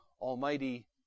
almighty